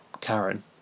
karen